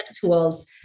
tools